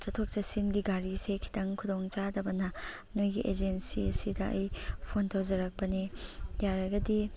ꯆꯠꯊꯣꯛ ꯆꯠꯁꯤꯟꯒꯤ ꯒꯥꯔꯤꯁꯦ ꯈꯤꯇꯪ ꯈꯨꯗꯣꯡ ꯆꯥꯗꯕꯅ ꯅꯣꯏꯒꯤ ꯑꯦꯖꯦꯟꯁꯤꯁꯤꯗ ꯑꯩ ꯐꯣꯟ ꯇꯧꯖꯔꯛꯄꯅꯦ ꯌꯥꯔꯒꯗꯤ